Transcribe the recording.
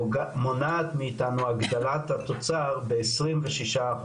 מונעת מאיתנו הגדלת התוצר ב- 26%,